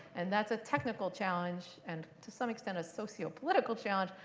and that's a technical challenge, and to some extent a sociopolitical challenge,